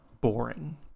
boring